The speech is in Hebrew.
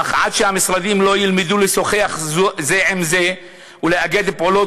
אך עד שהמשרדים לא ילמדו לשוחח זה עם זה ולאגד פעולות,